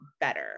better